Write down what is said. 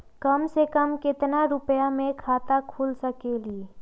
कम से कम केतना रुपया में खाता खुल सकेली?